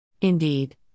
Indeed